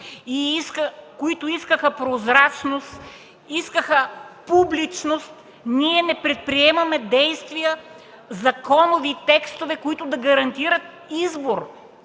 които искаха прозрачност и публичност, не предприемаме действия и законови текстове, които да гарантират избор